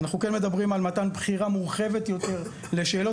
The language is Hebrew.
אנחנו מדברים על מתן בחירה מורחבת יותר לשאלות